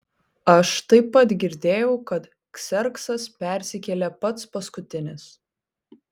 aš taip pat girdėjau kad kserksas persikėlė pats paskutinis